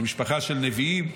שהיא משפחה של נביאים,